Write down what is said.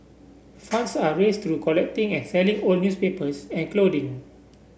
funds are raised through collecting and selling old newspapers and clothing